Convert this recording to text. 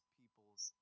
peoples